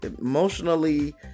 emotionally